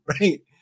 right